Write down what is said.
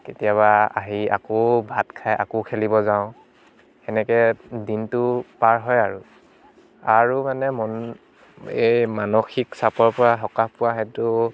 কেতিয়াবা আহি আকৌ ভাত খাই আকৌ খেলিব যাওঁ সেনেকৈ দিনটো পাৰ হয় আৰু আৰু মানে মন এই মানসিক চাপৰ পৰা সকাহ পোৱা হেতু